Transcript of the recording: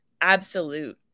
absolute